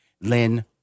Lynn